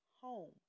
home